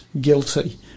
guilty